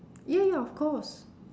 ya ya of course